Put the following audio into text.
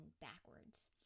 backwards